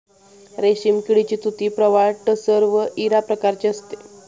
रेशीम किडीची तुती प्रवाळ टसर व इरा प्रकारची असते